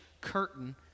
curtain